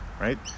right